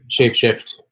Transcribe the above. Shapeshift